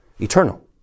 eternal